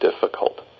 difficult